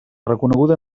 reconeguda